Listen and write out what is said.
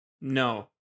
No